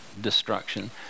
destruction